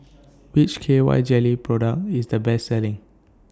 Which K Y Jelly Product IS The Best Selling